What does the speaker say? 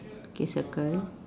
okay circle